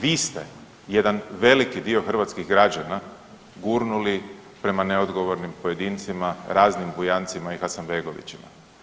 Vi ste jedan veliki dio hrvatskih građana gurnuli prema neodgovornim pojedincima, raznim Bujancima i Hasanbegovićima.